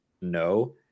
no